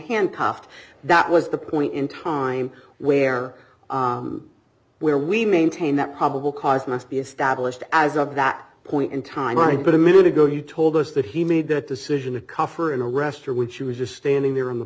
handcuffed that was the point in time where where we maintain that probable cause must be established as of that point in time i put a minute ago you told us that he made that decision a kafir and arrest her when she was just standing there on the